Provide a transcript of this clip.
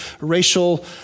racial